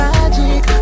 Magic